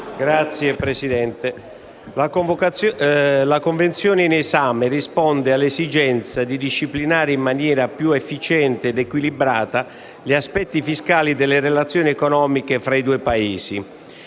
Signor Presidente, la Convenzione in esame risponde all'esigenza di disciplinare in maniera più efficiente ed equilibrata gli aspetti fiscali delle relazioni economiche fra i due Paesi.